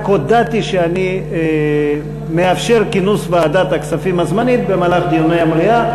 רק הודעתי שאני מאפשר את כינוס ועדת הכספים הזמנית במהלך דיוני המליאה.